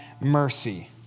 mercy